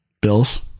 Bills